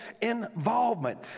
involvement